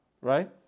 Right